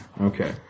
Okay